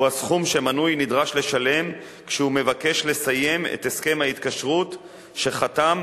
הוא הסכום שמנוי נדרש לשלם כשהוא מבקש לסיים את הסכם ההתקשרות שחתם